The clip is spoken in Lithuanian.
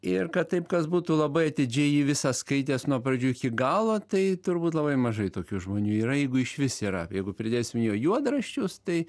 ir kad taip kas būtų labai atidžiai jį visą skaitęs nuo pradžių iki galo tai turbūt labai mažai tokių žmonių yra jeigu išvis yra jeigu pridėsim jo juodraščius tai